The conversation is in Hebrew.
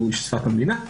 שהיא שפת המדינה,